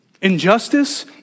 Injustice